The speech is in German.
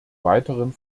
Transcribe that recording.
weiteren